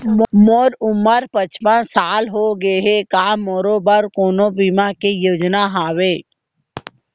मोर उमर पचपन साल होगे हे, का मोरो बर कोनो बीमा के योजना हावे?